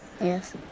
Yes